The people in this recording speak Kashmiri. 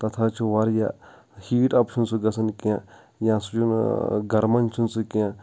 تتھ حظ چھ واریاہ ہیٖٹ اَپ چھُنہٕ سُہ گژھان کینٛہہ یا سُہ چھُنہٕ گرمان چھُنہٕ سُہ کینٛہہ